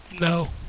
no